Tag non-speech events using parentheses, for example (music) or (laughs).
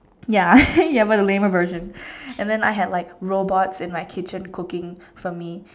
ya (laughs) ya but the lamer version and then I had like robots in my kitchen cooking for me